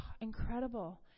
incredible